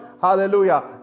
Hallelujah